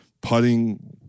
putting